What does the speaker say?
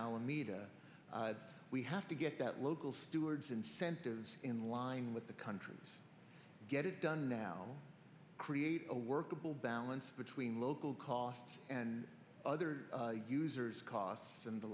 alameda we have to get that local stewards incentives in line with the country get it done now create workable balance between local costs and other users costs and the